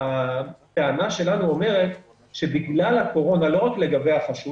הטענה שלנו אומרת שבגלל הקורונה לא רק לגבי החשוד